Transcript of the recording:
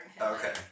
Okay